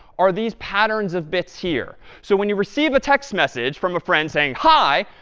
are these patterns of bits here. so when you receive a text message from a friend saying hi!